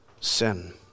sin